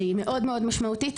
שהיא מאוד-מאוד משמעותית,